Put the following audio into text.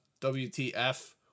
WTF